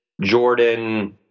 Jordan